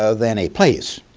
ah than a place.